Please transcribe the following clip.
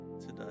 today